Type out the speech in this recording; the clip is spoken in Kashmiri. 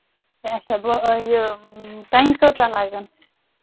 اَچھا بہٕ یہِ کَنہِ کٲژاہ لَگن